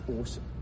awesome